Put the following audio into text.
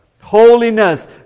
Holiness